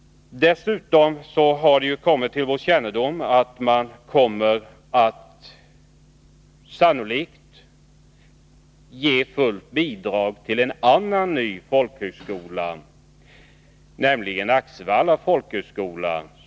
Dessutom har det kommit till vår kännedom att man sannolikt kommer att ge fullt bidrag till en annan ny folkhögskola, nämligen Axevalla folkhögskola.